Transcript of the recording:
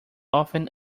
often